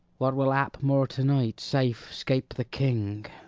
what will hap more to-night, safe scape the king!